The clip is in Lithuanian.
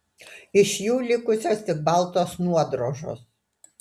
iš jų likusios tik baltos nuodrožos